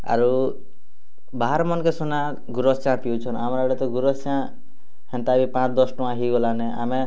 ଅରୁ ବାହାର୍ ମନ୍କେ ସୁନା ଗୁରସ୍ ଚା' ପିଉଛନ୍ ଆମର୍ ଆଡ଼େ ତ ଗୁରସ୍ ଚା' ହେନ୍ତା ବି ପାଞ୍ଚ୍ ଦଶ୍ ଟଙ୍ଗା ହେଇଗଲାନେ ଆମେ